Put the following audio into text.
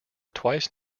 twice